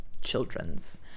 children's